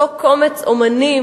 אותו קומץ אמנים,